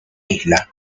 isla